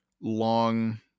long